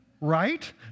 Right